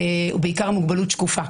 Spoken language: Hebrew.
ובעיקר מוגבלות שקופה.